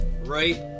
right